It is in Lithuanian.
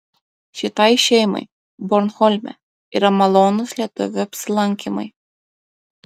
šitai šeimai bornholme yra malonūs lietuvių apsilankymai